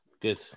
Good